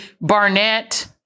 Barnett